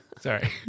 Sorry